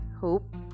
Hope